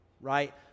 Right